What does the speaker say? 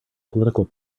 political